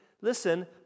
listen